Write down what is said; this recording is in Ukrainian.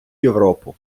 європу